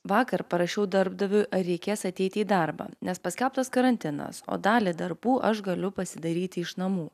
vakar parašiau darbdaviui ar reikės ateiti į darbą nes paskelbtas karantinas o dalį darbų aš galiu pasidaryti iš namų